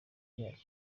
ryacyo